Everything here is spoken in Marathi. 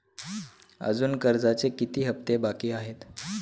अजुन कर्जाचे किती हप्ते बाकी आहेत?